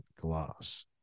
glass